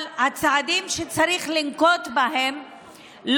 אבל הצעדים שצריך לנקוט לא